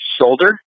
shoulder